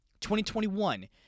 2021